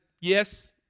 Yes